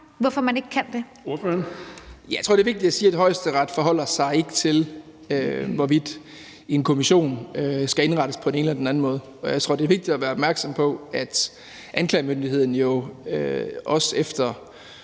Rabjerg Madsen (S): Jeg tror, det er vigtigt at sige, at Højesteret ikke forholder sig til, hvorvidt en kommission skal indrettes på den ene eller den anden måde, og jeg tror jo også, det er vigtigt at være opmærksom på, at anklagemyndigheden efter